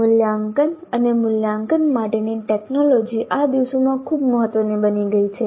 મૂલ્યાંકન અને મૂલ્યાંકન માટેની ટેકનોલોજી આ દિવસોમાં ખૂબ મહત્વની બની ગઈ છે